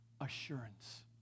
Assurance